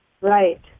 Right